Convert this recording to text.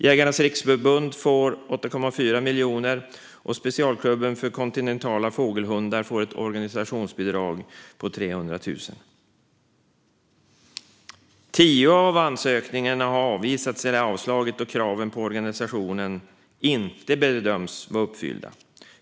Jägarnas Riksförbund får 8,4 miljoner kronor, och Specialklubb för Kontinentala Fågelhundar får ett organisationsbidrag på 300 000 kronor. Tio av ansökningarna har avslagits, då kraven på organisationerna inte bedömts vara uppfyllda.